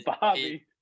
Bobby